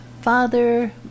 Father